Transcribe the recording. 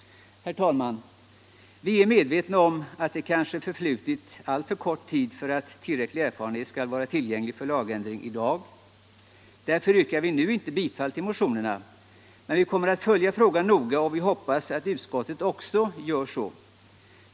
Herr talman! Vi är medvetna om att det kanske förflutit alltför kort tid för att tillräcklig erfarenhet skall vara tillgänglig för lagändring i dag. Därför yrkar vi nu inte bifall till motionerna, men vi kommer att följa frågan noga och vi hoppas att utskottet också gör så.